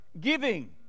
Giving